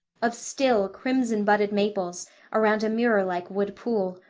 of still, crimson-budded maples around a mirrorlike wood pool,